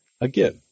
Again